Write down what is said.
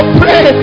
pray